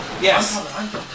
Yes